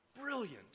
brilliant